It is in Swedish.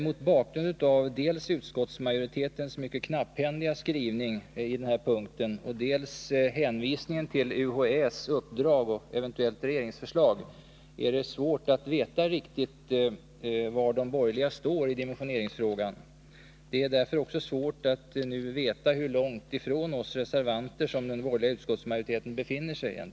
Mot bakgrund av dels utskottsmajoritetens mycket knapphändiga skrivning i den här punkten, dels hänvisningen till UHÄ:s uppdrag och eventuellt regeringsförslag, är det svårt att veta riktigt var de borgerliga står i dimensioneringsfrågan. Det är därför också svårt att nu veta hur långt från oss reservanter som den borgerliga utskottsmajoriteten befinner sig.